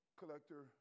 collector